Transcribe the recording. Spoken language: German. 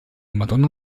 madonna